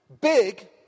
Big